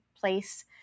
place